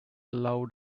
loud